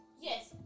Yes